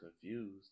confused